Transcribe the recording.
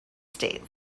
states